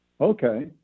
okay